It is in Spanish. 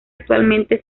actualmente